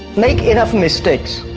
make enough mistakes.